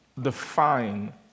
define